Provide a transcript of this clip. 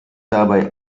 dabei